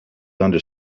under